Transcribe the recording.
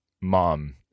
mom